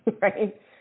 right